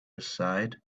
aside